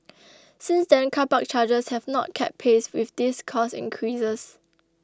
since then car park charges have not kept pace with these cost increases